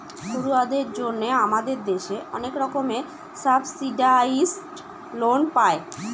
পড়ুয়াদের জন্য আমাদের দেশে অনেক রকমের সাবসিডাইসড লোন পায়